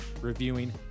reviewing